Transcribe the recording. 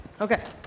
Okay